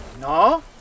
No